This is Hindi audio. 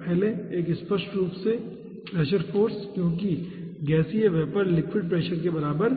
पहले 1 स्पष्ट रूप से प्रेशर फाॅर्स क्योंकि गैसीय प्रेशर लिक्विड प्रेशर के बराबर